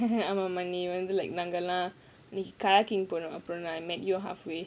ஆமா நீ வந்து:aamaa nee vandhu kayaking நாங்கலாம்:naangalaam I met you halfway